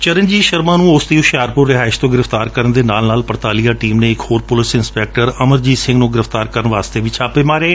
ਚਰਨਜੀਤ ਸ਼ਰਮਾ ਨੂੰ ਉਸ ਦੀ ਹੁਸ਼ਿਆਰਪੁਰ ਰਿਹਾਇਸ਼ ਤੋਂ ਗੁਫ਼ਤਾਰ ਕਰਨ ਦੇ ਨਾਲ ਨਾਲ ਪੜਤਾਲੀਆਂ ਟੀਮ ਨੇ ਇਕ ਹੋਰ ਪੁਲਿਸ ਇੰਸਪੈਕਟਰ ਅਮਰਜੀਤ ਸਿੰਘ ਨੂੰ ਗ੍ਰਿਫ਼ਤਾਰ ਕਰਨ ਲਈ ਵੀ ਛਾਪਾ ਮਾਰਿਆ